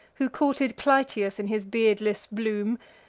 who courted clytius in his beardless bloom,